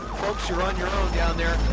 folks, you're on your own down there.